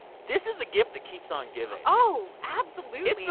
this is the gift that keeps on giving? oh, absolutely it's been,